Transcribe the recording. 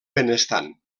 benestant